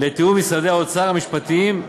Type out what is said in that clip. לתיאום עם משרדי האוצר, המשפטים,